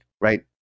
right